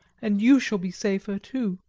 and you shall be safer, too.